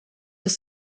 ist